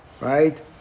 Right